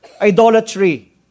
idolatry